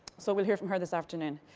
so we'll hear for her this afternoon.